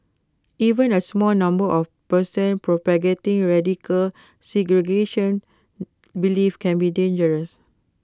even A small number of persons propagating radical segregation beliefs can be dangerous